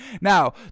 Now